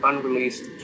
Unreleased